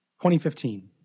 2015